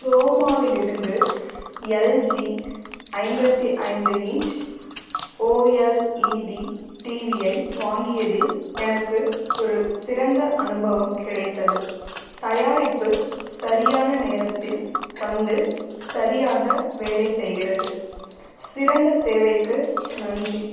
குரோமாவிலிருந்து LG ஐம்பத்தி ஐந்து inch O L E D TV ஐ வாங்கியதில் எனக்கு ஒரு சிறந்த அனுபவம் கிடைத்தது தயாரிப்பு சரியான நேரத்தில் வந்து சரியாக வேலை செய்கிறது சிறந்த சேவைக்கு நன்றி